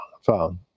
phone